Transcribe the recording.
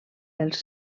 els